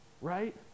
Right